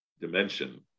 dimension